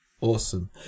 Awesome